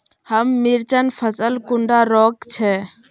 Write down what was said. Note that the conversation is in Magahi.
हमार मिर्चन फसल कुंडा रोग छै?